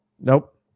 Nope